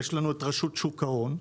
יש לנו את רשות שוק ההון,